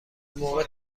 موقع